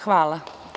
Hvala.